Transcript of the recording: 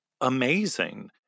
amazing